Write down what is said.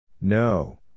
No